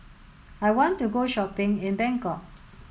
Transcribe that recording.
I want to go shopping in Bangkok